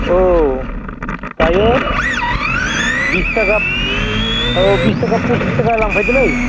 औ दायो बिस थाखा फसिस थाखा लांफैदोलै